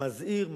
מזהיר,